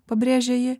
pabrėžė ji